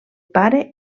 pare